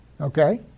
Okay